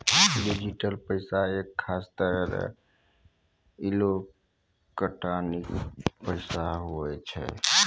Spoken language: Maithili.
डिजिटल पैसा एक खास तरह रो एलोकटानिक पैसा हुवै छै